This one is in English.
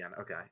Okay